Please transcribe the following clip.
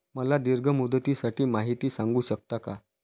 मला दीर्घ मुदतीसाठी माहिती सांगू शकता का?